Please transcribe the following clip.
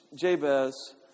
Jabez